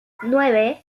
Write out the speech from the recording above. nueve